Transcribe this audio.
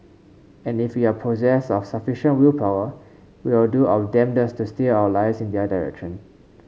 and if we are possessed of sufficient willpower we will do our damnedest to steer our lives in their direction